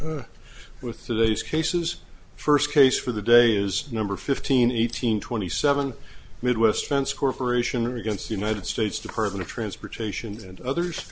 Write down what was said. work with the day's cases first case for the day is number fifteen eighteen twenty seven midwest fence corporation or against united states department of transportation and others